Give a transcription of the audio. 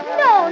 no